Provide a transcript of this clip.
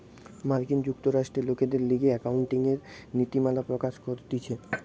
মার্কিন যুক্তরাষ্ট্রে লোকদের লিগে একাউন্টিংএর নীতিমালা প্রকাশ করতিছে